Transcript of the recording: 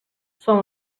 són